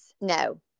No